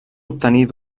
obtenir